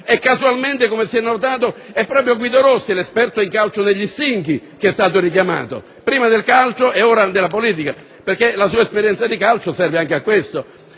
Casualmente, come si è notato, proprio Guido Rossi, l'esperto in calcio negli stinchi, che è stato richiamato, prima dal calcio e ora dalla politica, perché la sua esperienza di calcio serve anche a questo.